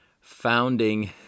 founding